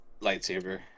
lightsaber